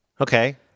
Okay